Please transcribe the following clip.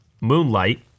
Moonlight